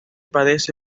padece